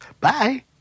Bye